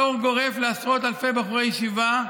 פטור גורף לעשרות אלפי בחורי ישיבה,